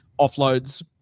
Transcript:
offloads